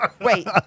Wait